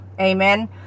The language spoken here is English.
Amen